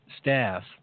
staff